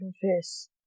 confess